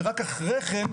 ורק אחרי כן,